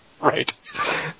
Right